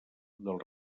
del